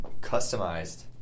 Customized